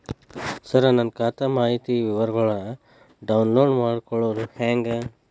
ಸರ ನನ್ನ ಖಾತಾ ಮಾಹಿತಿ ವಿವರಗೊಳ್ನ, ಡೌನ್ಲೋಡ್ ಮಾಡ್ಕೊಳೋದು ಹೆಂಗ?